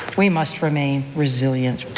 we must remain resilient.